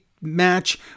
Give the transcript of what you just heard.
match